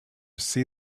see